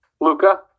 Luca